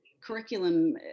curriculum